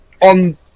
on